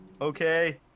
Okay